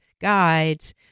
guides